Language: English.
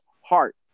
heart